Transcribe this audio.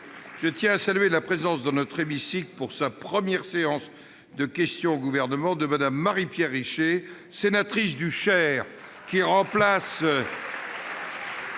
je voudrais saluer la présence dans notre hémicycle, pour sa première séance de questions au gouvernement, de Mme Marie-Pierre Richer, devenue sénatrice du Cher en remplacement